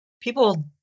people